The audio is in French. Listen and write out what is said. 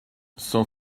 sans